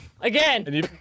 Again